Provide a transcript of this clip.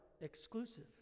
exclusive